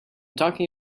talking